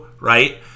right